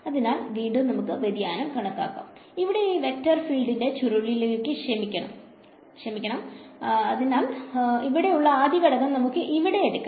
അതിനാൽ വീണ്ടും നമുക്ക് വ്യതിയാനം കണക്കാക്കാം ഇവിടെ ഈ വെക്റ്റർ ഫീൽഡിന്റെ ചുരുളിലേക് ഇവിടെയുള്ള ആദ്യത്തെ ഘടകം നമുക്ക് എടുക്കാം